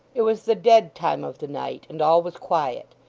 it was the dead time of the night, and all was quiet.